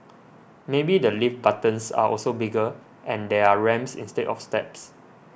maybe the lift buttons are also bigger and there are ramps instead of steps